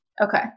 Okay